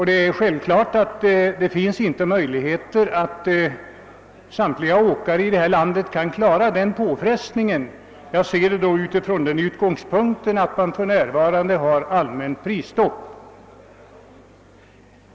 Det finns självfallet inga möjligheter att samtliga åkare i detta land kan klara en sådan påfrestning. Jag ser detta från utgångspunkten att vi för närvarande har ett allmänt prisstopp.